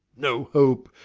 no hope!